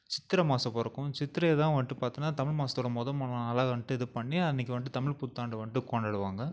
சித்திரை மாதம் பிறக்கும் சித்திரை தான் வந்துட்டு பார்த்தோன்னா தமிழ் மாதத்தோட மொதல் நாளாக வந்துட்டு இது பண்ணி அன்றைக்கி வந்துட்டு தமிழ் புத்தாண்டை வந்துட்டு கொண்டாடுவாங்க